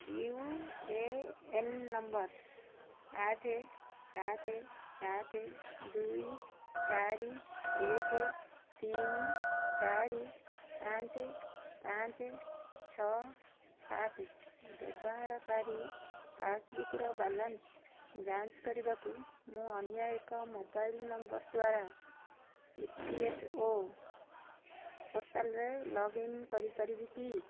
you A N number ଆଠ ସାତ ସାତ ଦୁଇ ଚାରି ଏକ ତିନି ଚାରି ପାଞ୍ଚ ପାଞ୍ଚ ଛଅ ସାତ ବ୍ୟବହାର କରି ପାସ୍ବୁକ୍ର ବାଲାନ୍ସ ଯାଞ୍ଚ କରିବାକୁ ମୁଁ ଅନ୍ୟ ଏକ ମୋବାଇଲ୍ ନମ୍ବର ଦ୍ଵାରା ଇ ପି ଏଫ୍ ଓ ପୋର୍ଟାଲ୍ରେ ଲଗ୍ଇନ୍ କରିପାରିବି କି